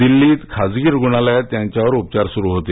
दिल्लीत खासगी रुग्णालयात त्यांच्यावर उपचार सुरू होते